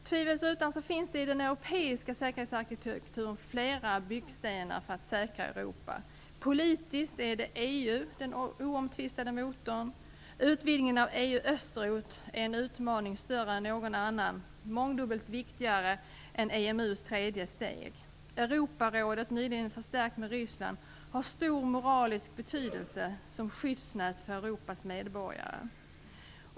Tvivelsutan finns det i den europeiska säkerhetsarkitekturen flera byggstenar för ett säkrare Politiskt är EU den oomtvistade motorn. Utvidgningen av EU österut är en utmaning större än någon annan - mångdubbelt viktigare än EMU:s tredje steg. Europarådet - nyligen förstärkt med Ryssland - har stor moralisk betydelse som skyddsnät för Europas medborgare.